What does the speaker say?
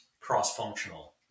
cross-functional